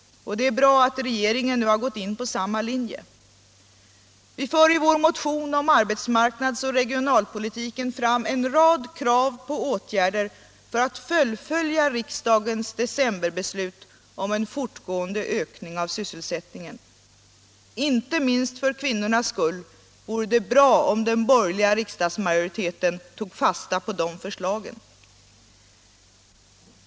Det är bra att regeringen nu har gått in på samma linje. I vår motion om arbetsmarknads och regionalpolitiken för vi fram en rad krav på åtgärder för att fullfölja riksdagens decemberbeslut om en fortgående ökning av sysselsättningen. Inte minst för kvinnornas skull vore det bra om den borgerliga riksdagsmajoriteten tog fasta på de förslagen.